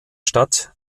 stadt